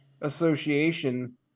Association